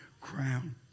crown